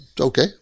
okay